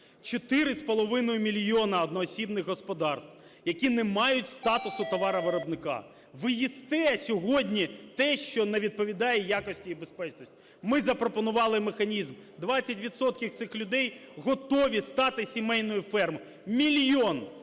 мільйони одноосібних господарств, які не мають статусу товаровиробника. Ви їсте сьогодні те, що не відповідає якості і безпечності. Ми запропонували механізм, 20 відсотків цих людей готові стати сімейною фермою. Мільйон